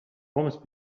almost